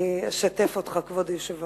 אני אשתף אתכם, כבוד היושב-ראש,